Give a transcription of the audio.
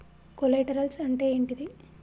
Collaterals అంటే ఏంటిది?